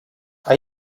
are